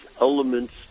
elements